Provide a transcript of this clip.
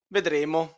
Vedremo